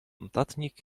notatnik